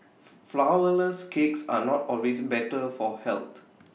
Flourless Cakes are not always better for health